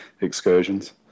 excursions